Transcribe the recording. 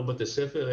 לא בתי ספר,